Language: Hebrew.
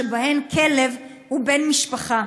שבהן הכלב הוא בן משפחה.